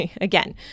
again